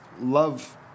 love